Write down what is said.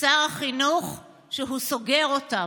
שר החינוך שהוא סוגר אותן.